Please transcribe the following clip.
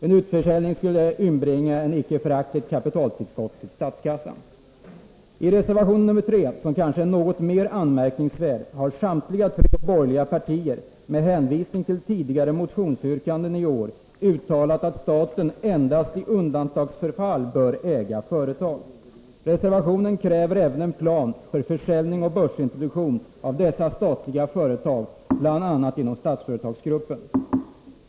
En utförsäljning skulle inbringa ett icke föraktligt kapitaltillskott till statskassan. I reservation 3, som kanske är något mer anmärkningsvärd, har samtliga tre borgerliga partier med hänvisning till tidigare motionsyrkanden i år uttalat att staten endast i undantagsfall bör äga företag. Reservanterna kräver även en plan för försäljning och börsintroduktion av statliga företag, bl.a. inom Statsföretagsgruppen.